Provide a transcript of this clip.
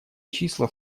числа